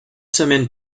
semaines